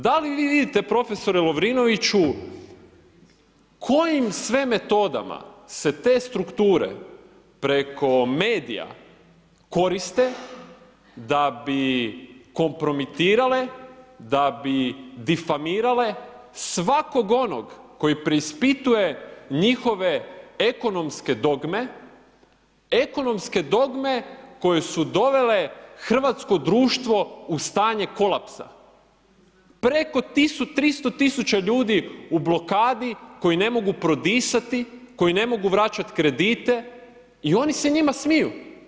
Da li vi vidite profesore Lovrinoviću kojim sve metodama se te strukture preko medija koriste da bi kompromitirale, da bi difamirale svakog onog koji preispituje njihove ekonomske dogme, ekonomske dogme koje su dovele hrvatsko društvo u stanje kolapsa, preko 300 tisuća ljudi u blokadi, koji ne mogu prodisati, koji ne mogu vraćati kredite i oni se njima smiju?